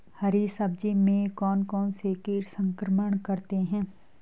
हरी सब्जी में कौन कौन से कीट संक्रमण करते हैं?